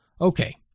Okay